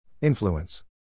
Influence